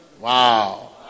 Wow